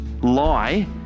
lie